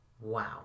Wow